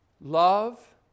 Love